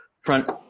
front